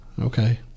Okay